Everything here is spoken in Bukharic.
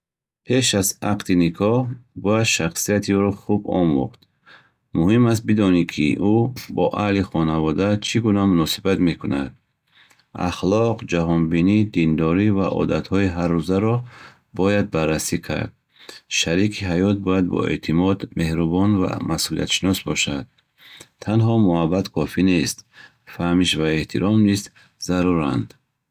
Пеш аз ақди никоҳ бояд шахсияти ӯро хуб омӯхт. Муҳим аст бидонӣ, ки ӯ бо аҳли хонаводаат чӣ гуна муносибат мекунад. Аҳлоқ, ҷаҳонбинӣ, диндорӣ ва одатҳои ҳаррӯзаро бояд баррасӣ кард. Шарики ҳаёт бояд боэътимод, меҳрубон ва масъулиятшинос бошад. Танҳо муҳаббат кофӣ нест. Фаҳмиш ва эҳтиром низ заруранд.